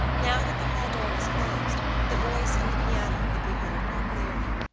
now that the hall-door was closed the voice and the piano could be heard more clearly.